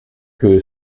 que